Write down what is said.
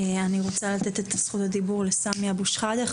אני רוצה לתת את זכות דיבור לסמי אבו שחאדה.